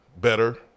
better